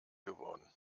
geworden